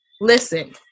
Listen